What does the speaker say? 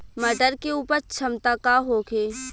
मटर के उपज क्षमता का होखे?